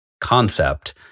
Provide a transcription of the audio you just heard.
concept